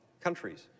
countries